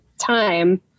time